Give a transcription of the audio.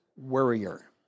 worrier